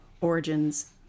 Origins